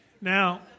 Now